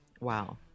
wow